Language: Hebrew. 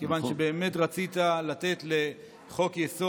-- כיוון שבאמת רצית לתת לחוק-היסוד